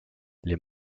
les